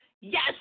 Yes